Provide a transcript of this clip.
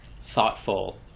thoughtful